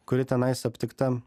kuri tenais aptikta